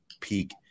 peak